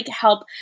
help